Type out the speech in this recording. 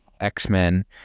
X-Men